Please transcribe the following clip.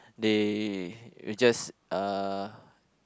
they they just uh